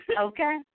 Okay